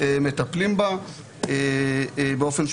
מטפלים בה באופן שוטף,